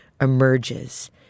emerges